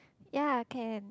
ya can